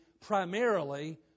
primarily